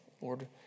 Lord